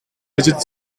digit